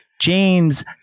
James